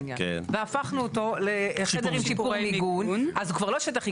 העניין והפכנו אותו לחדר עם שיפור מיגון אז הוא כבר לא שטח עיקרי,